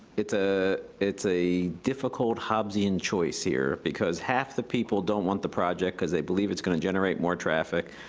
it's ah it's a difficult, hobbesian choice here. because half the people don't want the project because they believe it's gonna generate more traffic,